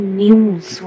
news